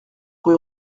rue